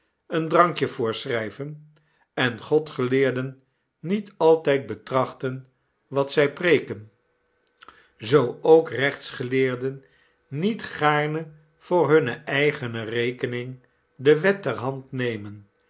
een drankje voorschrijven en godgeleerden niet altijd betrachten wat zij preeken zoo ook rechtsgeleerden niet gaarne voor hunne eigene rekening de wet ter hand nemen